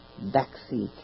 backseat